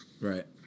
Right